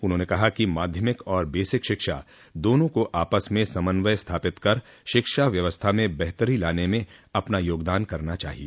उन्होंने कहा कि माध्यमिक और बेसिक शिक्षा दोनों को आपस में समन्वय स्थापित कर शिक्षा व्यवस्था में बेहतरी लाने में अपना योगदान करना चाहिए